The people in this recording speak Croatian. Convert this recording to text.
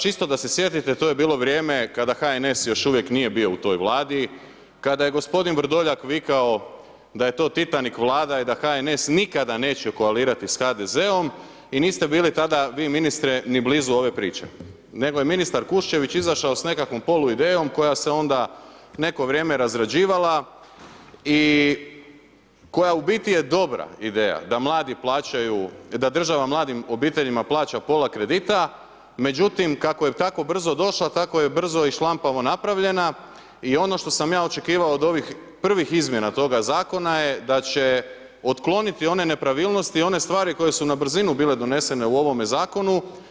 Čisto da se sjetite, to je bilo vrijeme kada HNS još uvijek nije bilo u toj Vladi, kada je gospodin Vrdoljak da je to Titanik Vlada i da HNS nikada neće koalirati s HDZ-om i niste bili tada vi ministre ni blizu ove priče, nego je ministar Kuščević izašao s nekakvom polu idejom koja se onda neko vrijeme razrađivala i koja u biti je dobra ideja da mladi plaćaju, da država mladim obiteljima plaća pola kredita, međutim, kako je tako brzo došla – tako je brzo i šlampavo napravljena i ono što sam ja očekivao od ovih prvih izmjena toga Zakona je da će otkloniti one nepravilnosti i one stvari koje su na brzinu bile donesene u ovome Zakonu.